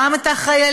גם את החיילים,